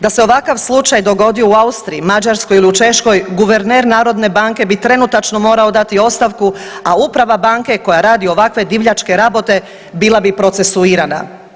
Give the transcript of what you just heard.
Da se ovakav slučaj dogodio u Austriji, Mađarskoj ili u Češkoj, guverner narodne banke bi trenutačno morao dati ostavku, a uprava banke koja radi ovakve divljačke rabote bila bi procesuirana.